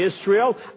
Israel